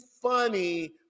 funny